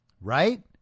right